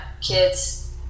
kids